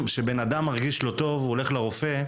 כשבנאדם מרגיש לא טוב הוא הולך לרופא,